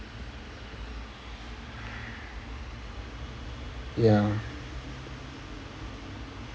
ya